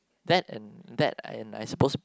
that and that and I suppose